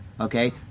Okay